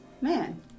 Man